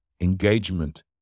engagement